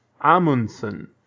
Amundsen